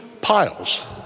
piles